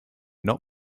not